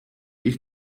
ich